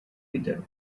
bitter